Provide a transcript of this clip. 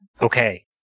Okay